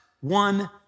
one